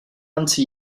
unto